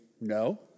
no